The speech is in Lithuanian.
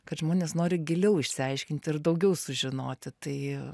kad žmonės nori giliau išsiaiškint ir daugiau sužinoti tai